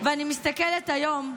ואני מסתכלת היום,